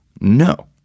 no